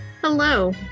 hello